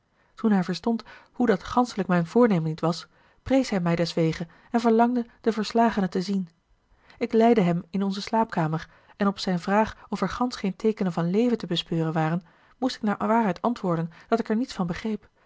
toen hij verstond hoe dat ganschelijk mijn voornemen niet was prees hij mij deswege en verlangde den verslagene te zien ik leidde hem in onze slaapkamer en op zijne vraag of er gansch geene teekenen van leven te bespeuren waren moest ik naar waarheid antwoorden dat ik er niets van begreep